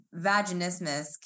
Vaginismus